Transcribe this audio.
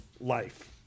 life